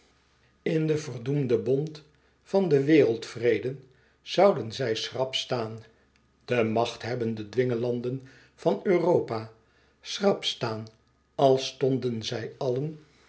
in den verdoemden bond van den wereldvrede zouden zij schrap staan de machthebbende dwingelanden van europa schrap staan als stonden zij allen